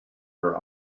her